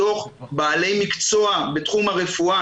מתוך בעלי מקצוע בתחום הרפואה,